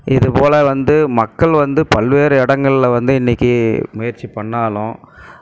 இதுபோல் வந்து மக்கள் வந்து பல்வேறு இடங்களில் இன்றைக்கு முயற்சி பண்ணிணாலும்